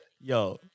Yo